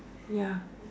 ya